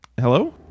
hello